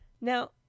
Now